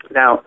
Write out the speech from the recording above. now